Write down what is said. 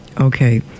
Okay